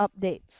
updates